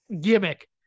gimmick